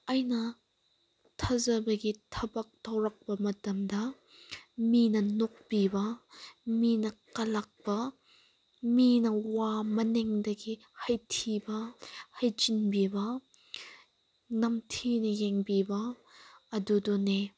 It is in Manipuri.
ꯑꯩꯅ ꯊꯥꯖꯕꯒꯤ ꯊꯕꯛ ꯊꯣꯔꯛꯄ ꯃꯇꯝꯗ ꯃꯤꯅ ꯅꯣꯛꯄꯤꯕ ꯃꯤꯅ ꯀꯜꯂꯛꯄ ꯃꯤꯅ ꯋꯥ ꯃꯅꯤꯡꯗꯒꯤ ꯍꯥꯏꯊꯤꯕ ꯍꯥꯏꯖꯤꯟꯕꯤꯕ ꯅꯝꯊꯤꯅ ꯌꯦꯡꯕꯤꯕ ꯑꯗꯨꯗꯨꯅꯤ